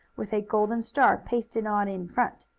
with a golden star pasted on in front.